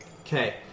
Okay